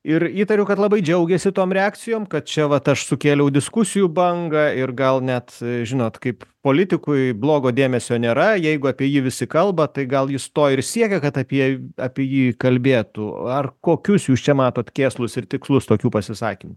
ir įtariu kad labai džiaugiasi tom reakcijom kad čia vat aš sukėliau diskusijų bangą ir gal net žinot kaip politikui blogo dėmesio nėra jeigu apie jį visi kalba tai gal jis to ir siekia kad apie apie jį kalbėtų ar kokius jūs čia matot kėslus ir tikslus tokių pasisakymų